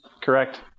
correct